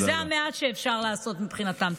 זה המעט שאפשר לעשות מבחינתם.